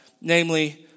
namely